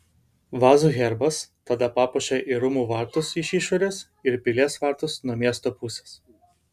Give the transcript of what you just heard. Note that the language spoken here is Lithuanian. vazų herbas tada papuošė ir rūmų vartus iš išorės ir pilies vartus nuo miesto pusės